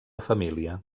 família